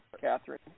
Catherine